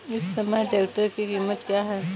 इस समय ट्रैक्टर की कीमत क्या है?